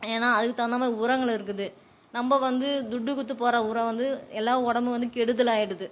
ஏன்னால் அதுக்கு தகுந்த மாதிரி உரங்கள் இருக்குது நம்ப வந்து துட்டு கொடுத்து போடுற உரம் வந்து எல்லாம் உடம்பு வந்து கெடுதல் ஆயிடுது